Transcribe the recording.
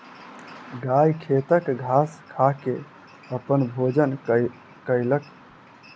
गाय खेतक घास खा के अपन भोजन कयलक